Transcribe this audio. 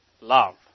love